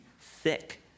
thick